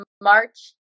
March